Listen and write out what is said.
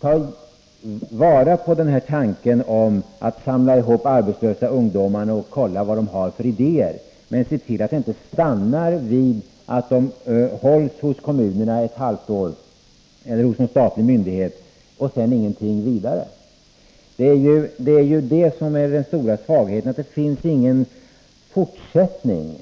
Ta vara på denna tanke om att samla ihop arbetslösa ungdomar och kolla vad de har för idéer! Men se till att det inte stannar vid att de hålls kvar hos kommunerna eller någon statlig myndighet ett halvår och sedan ingenting händer! Den stora svagheten är ju att det inte finns någon fortsättning